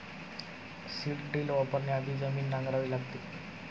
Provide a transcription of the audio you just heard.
seed drill वापरण्याआधी जमीन नांगरावी लागते